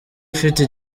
ifite